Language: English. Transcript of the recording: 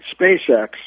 SpaceX